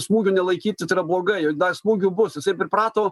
smūgių nelaikyt tai yra blogai ir dar smūgių bus jisai priprato